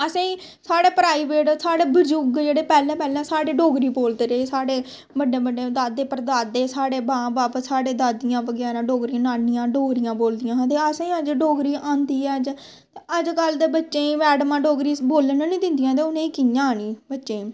असें गी साढ़े प्राईवेट साढ़े बजुर्ग जेह्ड़े पैह्लैं पैह्लैं साढ़े डोगरी बोलदे रेह् साढ़े बड्डे बड्डे दादे परदादे साढ़े मां बब्ब साढ़ी दादियां बगैरा डोगरी नानियां डोगरियां बोलदियां हां ते असें डोगरी आंदी ऐ अजकल्ल दे बच्चें गी मैड़मा डोगरी बोलन गै निं दिंदियां ते उ'नें गी कि'यां औनी बच्चें गी